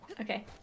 Okay